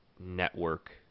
network